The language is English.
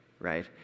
right